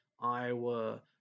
Iowa